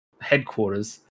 headquarters